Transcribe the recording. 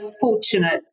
fortunate